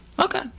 Okay